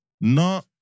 No